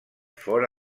fora